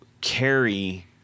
carry